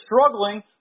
struggling